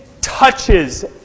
touches